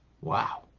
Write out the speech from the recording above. wow